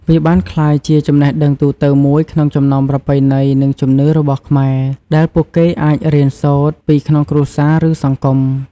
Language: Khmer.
វាបានក្លាយជាចំណេះដឹងទូទៅមួយក្នុងចំណោមប្រពៃណី និងជំនឿរបស់ខ្មែរ ដែលពួកគេអាចរៀនសូត្រពីក្នុងគ្រួសារ ឬសង្គម។